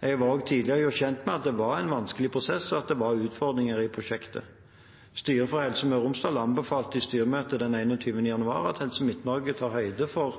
Jeg var også tidligere gjort kjent med at det var en vanskelig prosess, og at det var utfordringer i prosjektet. Styret for Helse Møre og Romsdal anbefalte i styremøte den 21. januar at Helse Midt-Norge tar høyde for